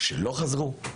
שלא חזרו.